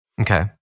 okay